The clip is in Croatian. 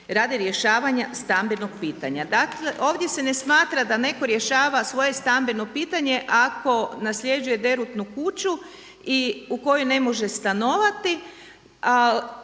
radi rješavanja stambenog pitanja. Dakle, ovdje se ne smatra da netko rješava svoje stambeno pitanje ako nasljeđuje derutnu kuću i u kojoj ne može stanovati